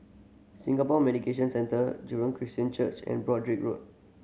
Singapore Mediation Centre Jurong Christian Church and Broadrick Road